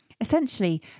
Essentially